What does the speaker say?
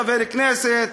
חבר כנסת,